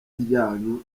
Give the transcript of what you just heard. ryanyu